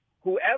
whoever